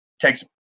Takes –